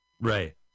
Right